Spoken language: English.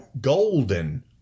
golden